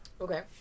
Okay